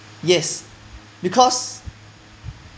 yes because